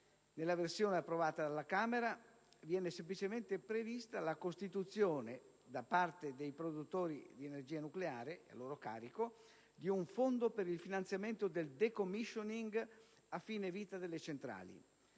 Nella versione approvata alla Camera viene semplicemente prevista la costituzione da parte dei produttori di energia nucleare di un fondo per il finanziamento del *decommissioning* a fine vita delle centrali.